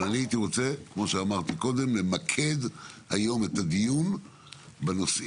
אבל עכשיו אני רוצה למקד את הדיון בנושא